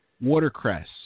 watercress